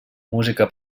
música